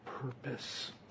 purpose